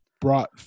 brought